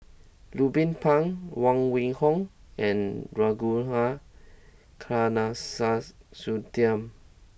Ruben Pang Huang Wenhong and Ragunathar Kanagasuntheram